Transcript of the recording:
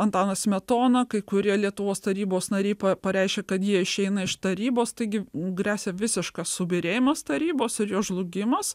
antanas smetona kai kurie lietuvos tarybos nariai pa pareiškė kad jie išeina iš tarybos taigi gresia visiškas subyrėjimas tarybos ir jos žlugimas